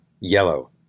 yellow